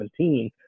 2017